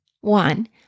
One